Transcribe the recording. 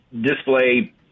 display